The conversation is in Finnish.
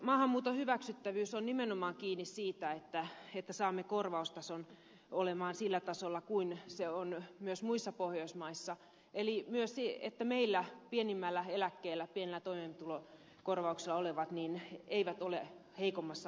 maahanmuuton hyväksyttävyys on nimenomaan kiinni siitä että saamme korvaustason olemaan sillä tasolla kuin se on myös muissa pohjoismaissa eli että myöskään meillä pienimmällä eläkkeellä pienellä toimeentulokorvauksella olevat eivät ole heikommassa asemassa